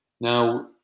Now